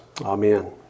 Amen